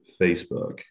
Facebook